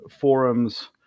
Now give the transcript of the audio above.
forums